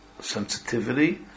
sensitivity